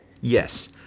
Yes